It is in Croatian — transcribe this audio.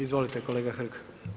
Izvolite kolega Hrg.